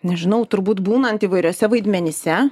nežinau turbūt būnant įvairiuose vaidmenyse